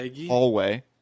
hallway